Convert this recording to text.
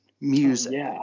music